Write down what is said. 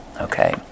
Okay